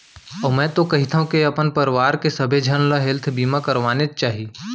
अउ मैं तो कहिथँव के अपन परवार के सबे झन ल हेल्थ बीमा करवानेच चाही